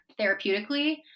therapeutically